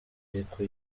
ariko